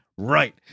Right